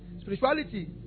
Spirituality